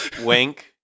wink